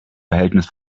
verhältnis